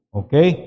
okay